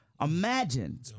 Imagine